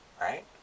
Right